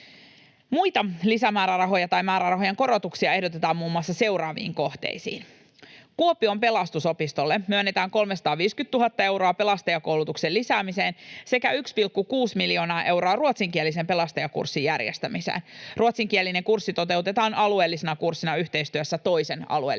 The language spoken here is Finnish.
Muita lisämäärärahoja tai määrärahojen korotuksia ehdotetaan muun muassa seuraaviin kohteisiin: Kuopion Pelastusopistolle myönnetään 350 000 euroa pelastajakoulutuksen lisäämiseen sekä 1,6 miljoonaa euroa ruotsinkielisen pelastajakurssin järjestämiseen. Ruotsinkielinen kurssi toteutetaan alueellisena kurssina yhteistyössä toisen alueellisen